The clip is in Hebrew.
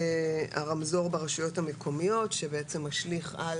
ה"רמזור" ברשויות המקומיות שמשליך על